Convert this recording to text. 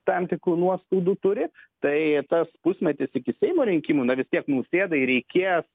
tam tikrų nuoskaudų turi tai tas pusmetis iki seimo rinkimų na vis tiek nausėdai reikės